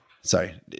Sorry